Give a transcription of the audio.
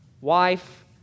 wife